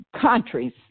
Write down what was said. countries